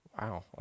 Wow